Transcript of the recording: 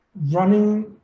running